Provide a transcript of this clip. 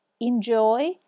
Enjoy